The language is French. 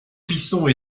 frissons